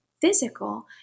physical